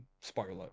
spoiler